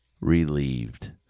relieved